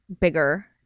bigger